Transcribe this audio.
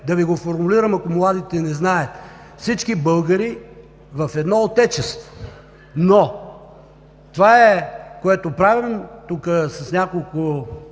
да Ви го формулирам, ако младите не знаят: всички българи в едно Отечество. Това, което правим тук с няколко